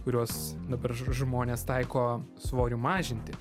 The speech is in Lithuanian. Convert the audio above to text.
kuriuos dabar ž žmonės taiko svoriui mažinti